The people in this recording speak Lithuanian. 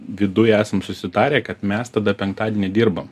viduj esam susitarę kad mes tada penktadienį dirbam